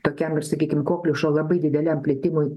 tokiam ir sakykim kokliušo labai dideliam plitimui